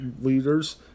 leaders